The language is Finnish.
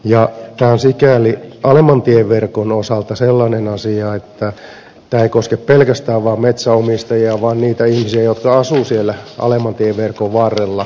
tämä on sikäli alemman tieverkon osalta sellainen asia että tämä ei koske pelkästään metsänomistajia vaan myös niitä ihmisiä jotka asuvat siellä alemman tieverkon varrella